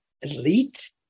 elite